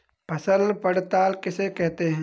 फसल पड़ताल किसे कहते हैं?